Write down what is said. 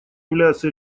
являются